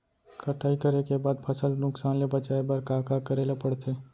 कटाई करे के बाद फसल ल नुकसान ले बचाये बर का का करे ल पड़थे?